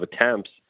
attempts